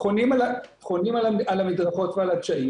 חונים על המדרכות ועל הדשא,